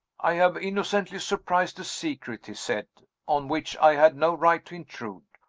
i have innocently surprised a secret he said, on which i had no right to intrude.